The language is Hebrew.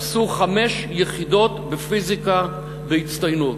עשו חמש יחידות בפיזיקה בהצטיינות.